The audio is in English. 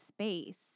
Space